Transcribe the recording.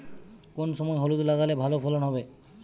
কোন সময় হলুদ লাগালে ভালো ফলন হবে?